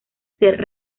ser